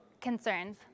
concerns